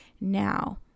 Now